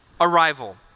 arrival